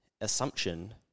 assumption